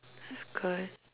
that's good